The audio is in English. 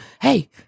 hey